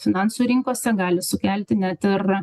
finansų rinkose gali sukelti net ir